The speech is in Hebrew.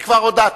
כי כבר הודעתי.